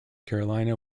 carolina